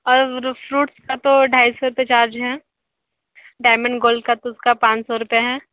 और फ्रूट्स का तो ढाई सौ रूपए चार्ज है डायमंड गोल्ड का तो उसका पाँच सौ रूपए है